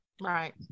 Right